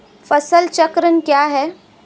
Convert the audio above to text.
फसल चक्रण क्या है?